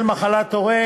גברתי היושבת-ראש,